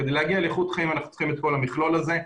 כדי להגיע לאיכות חיים אנחנו צריכים את כל המכלול הזה.